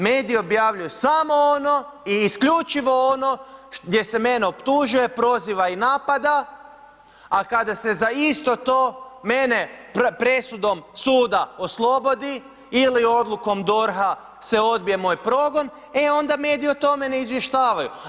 Mediji objavljuju samo ono i isključivo ono gdje se mene optužuje, proziva i napada, a kada se za isto to mene presudom suda oslobodi ili odlukom DORH-a se odbije moj progon, e onda mediji o tome ne izvještavaju.